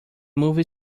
movie